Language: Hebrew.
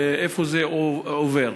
איפה זה עובר.